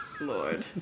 lord